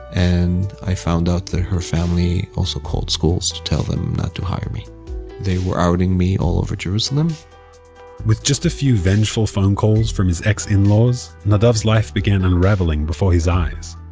and i found out that her family also called schools to tell them not to hire me. and they were outing me all over jerusalem with just a few vengeful phone calls from his ex-in-laws, nadav's life began unravelling before his eyes.